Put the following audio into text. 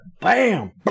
Bam